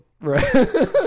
Right